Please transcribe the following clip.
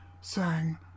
sang